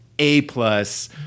A-plus